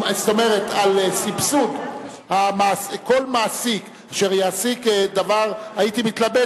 סבסוד כל מעסיק אשר יעסיק, הייתי מתלבט.